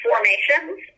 formations